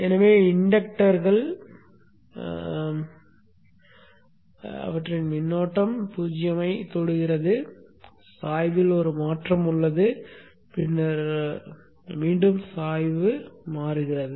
எனவே இன்டக்டர்கள் மின்னோட்டம் 0 ஐ அடைகிறது சாய்வில் ஒரு மாற்றம் உள்ளது பின்னர் மீண்டும் சாய்வில் மாறுகிறது